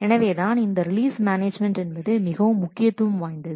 எனவேதான் இந்த release management என்பது மிகவும் முக்கியத்துவம் வாய்ந்தது